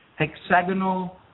hexagonal